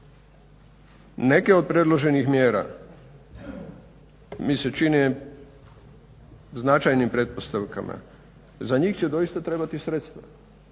Neke od predloženih mjera mi se čine značajnim pretpostavkama. Za njih će doista trebati sredstva.